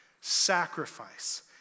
Sacrifice